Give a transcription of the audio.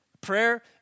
Prayer